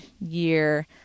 year